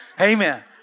Amen